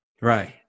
Right